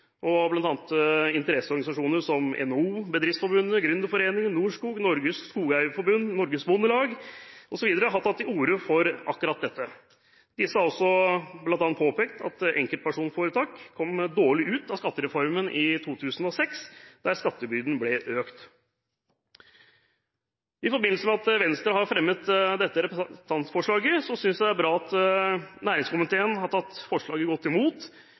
ordninger. Mange interesseorganisasjoner, som f.eks. NHO, Bedriftsforbundet, Gründerforeningen, Norskog, Norges Skogeierforbund, Norges Bondelag osv., har tatt til orde for akkurat dette. Disse har bl.a. påpekt at enkeltpersonforetak kom dårlig ut av skattereformen i 2006, der skattebyrden ble økt. I forbindelse med at Venstre har fremmet dette representantforslaget, synes jeg det er bra at næringskomiteen har tatt forslaget godt imot.